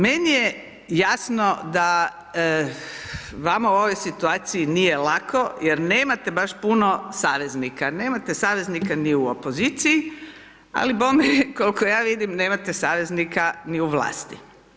Meni je jasno da vama u ovoj situaciji nije lako jer nemate baš puno saveznika, nemate saveznika ni u opoziciji ali bome koliko ja vidim nemate saveznika ni u vlasti.